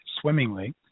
swimmingly